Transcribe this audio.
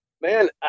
man